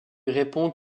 répond